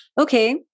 Okay